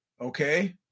Okay